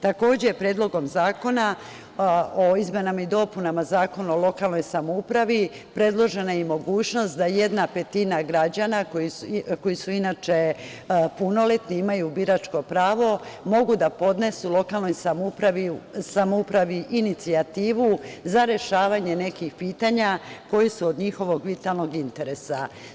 Takođe, Predlogom zakona o izmenama i dopunama Zakona o lokalnoj samoupravi predložena je i mogućnost da jedna petina građana koji su inače punoletni i imaju biračko pravo mogu da podnesu lokalnoj samoupravi inicijativu za rešavanje nekih pitanja koja su od njihovog vitalnog interesa.